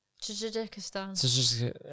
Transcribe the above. Tajikistan